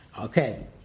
Okay